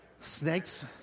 Snakes